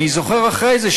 אני זוכר אחרי זה,